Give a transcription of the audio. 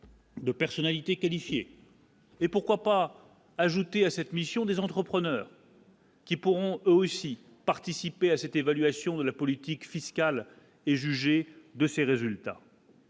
2 personnalités qualifiées et pourquoi pas ajouter à cette mission des entrepreneurs. Qui pourront aussi participer à cette évaluation de la politique fiscale et juger de ces résultats.